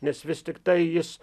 nes vis tiktai jis